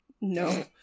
no